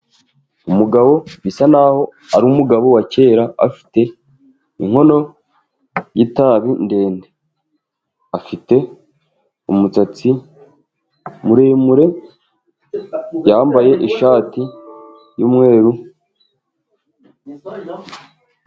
Umugabo bisa n'aho ari umugabo wa kera, afite inkono y'itabi ndende. Afite umusatsi muremure, yambaye ishati y'umweru.